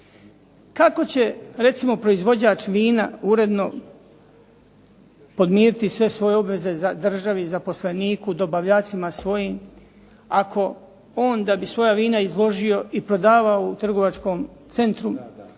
Kako će recimo proizvođač vina uredno podmiriti sve svoje obveze državi, zaposleniku, dobavljačima svojim ako on da bi svoja vina izložio i prodavao u trgovačkom centru,